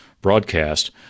broadcast